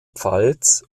pfalz